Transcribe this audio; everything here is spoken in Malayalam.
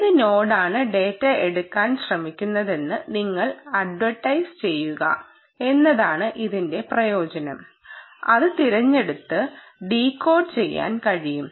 ഏത് നോഡാണ് ഡാറ്റ എടുക്കാൻ ശ്രമിക്കുന്നതെന്ന് നിങ്ങൾ അട്വർ ടൈസ് ചെയ്യുക എന്നതാണ് ഇതിന്റെ പ്രയോജനം അത് തിരഞ്ഞെടുത്ത് ഡീകോഡ് ചെയ്യാൻ കഴിയും